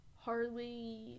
Harley